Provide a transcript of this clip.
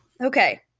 Okay